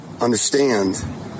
understand